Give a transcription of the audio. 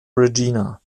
regina